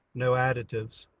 no additives.